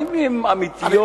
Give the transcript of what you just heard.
האם הן אמיתיות.